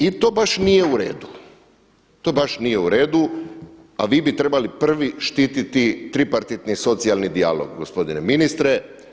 I to baš nije u redu, to baš nije u redu a vi bi trebali prvi štititi tripartitni socijalni dijalog gospodine ministre.